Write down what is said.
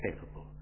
capable